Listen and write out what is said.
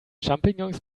champignons